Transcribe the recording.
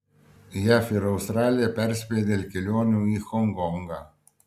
jav ir australija perspėja dėl kelionių į honkongą